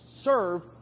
serve